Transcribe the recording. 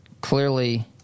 clearly